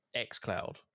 xCloud